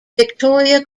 victoria